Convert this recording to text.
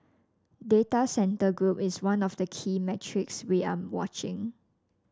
data centre group is one of the key metrics we are watching